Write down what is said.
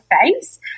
face